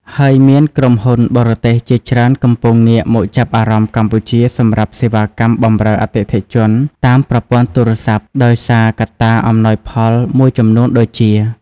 ហើយមាន ក្រុមហ៊ុនបរទេសជាច្រើនកំពុងងាកមកចាប់អារម្មណ៍កម្ពុជាសម្រាប់សេវាកម្មបម្រើអតិថិជនតាមប្រព័ន្ធទូរស័ព្ទ ដោយសារកត្តាអំណោយផលមួយចំនួនដូចជា៖